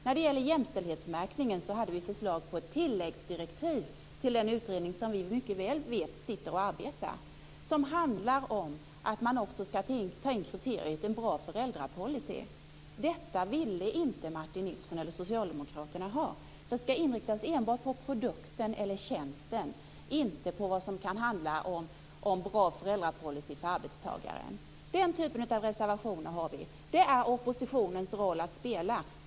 När det gäller jämställdhetsmärkningen hade vi ett förslag till ett tilläggsdirektiv till en utredning som vi mycket väl vet pågår. Det handlade om att man också ska ta fram kriterier för en bra föräldrapolicy. Detta ville inte Martin Nilsson och Socialdemokraterna gå med på. Utredningen ska enbart inriktas på tjänsten, inte på en bra föräldrapolicy. Den typen av frågor driver vi. Det är oppositionens roll att göra det.